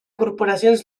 corporacions